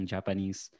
Japanese